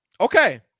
Okay